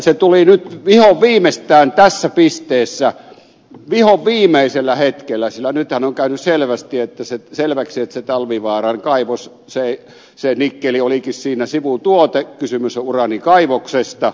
se tuli nyt vihonviimeistään tässä pisteessä vihonviimeisellä hetkellä sillä nythän on käynyt selväksi että talvivaaran kaivoksessa se nikkeli olikin sivutuote kysymys on uraanikaivoksesta